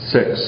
Six